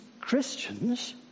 Christians